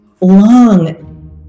Long